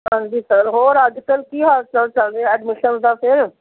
ਹਾਂਜੀ ਸਰ ਹੋਰ ਅੱਜ ਕੱਲ੍ਹ ਕੀ ਹਾਲ ਚਾਲ ਚੱਲ ਰਿਹਾ ਐਡਮਿਸ਼ਨ ਦਾ ਫਿਰ